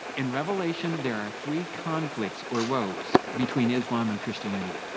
in revelation there are three conflicts, or woes, between islam and christianity.